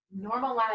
normalize